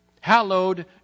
Hallowed